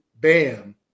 bam